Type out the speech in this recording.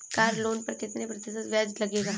Car loan पर कितने प्रतिशत ब्याज लगेगा?